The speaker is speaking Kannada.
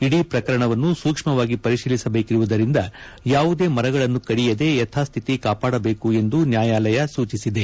ಇಡೀ ಪ್ರಕರಣವನ್ನು ಸೂಕ್ಷ್ಮವಾಗಿ ಪರಿಶೀಲಿಸಬೇಕಿರುವುದರಿಂದ ಯಾವುದೇ ಮರಗಳನ್ನು ಕಡಿಯದೆ ಯಥಾಸ್ತಿತಿ ಕಾಪಾಡಬೇಕು ಎಂದು ನ್ಯಾಯಾಲಯ ಸೂಚಿಸಿದೆ